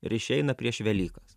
ir išeina prieš velykas